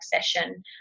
session